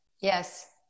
Yes